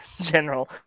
general